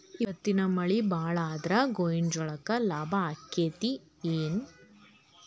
ಇವತ್ತಿನ ಮಳಿ ಭಾಳ ಆದರ ಗೊಂಜಾಳಕ್ಕ ಲಾಭ ಆಕ್ಕೆತಿ ಏನ್?